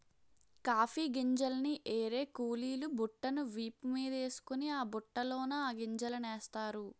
coffee గింజల్ని ఏరే కూలీలు బుట్టను వీపు మీదేసుకొని ఆ బుట్టలోన ఆ గింజలనేస్తారు